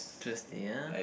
Tuesday ya